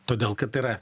todėl kad tai yra